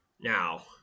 Now